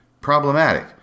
problematic